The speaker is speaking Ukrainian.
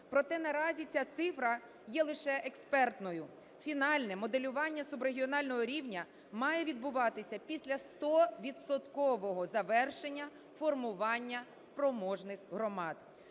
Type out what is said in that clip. Проте, наразі ця цифра є лише експертною. Фінальне моделювання субрегіонального рівня має відбуватися після стовідсоткового завершення формування спроможних громад.